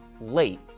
late